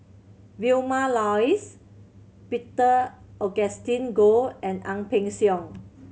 Vilma Laus Peter Augustine Goh and Ang Peng Siong